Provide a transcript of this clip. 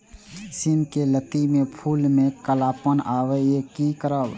सिम के लत्ती में फुल में कालापन आवे इ कि करब?